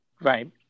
Right